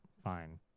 Fine